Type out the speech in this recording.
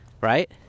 Right